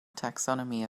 taxonomy